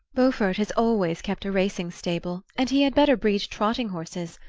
beaufort has always kept a racing stable, and he had better breed trotting horses.